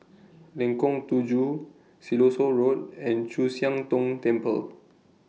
Lengkong Tujuh Siloso Road and Chu Siang Tong Temple